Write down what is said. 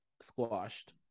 squashed